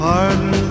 Pardon